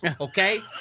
okay